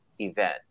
event